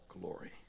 glory